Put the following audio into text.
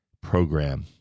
program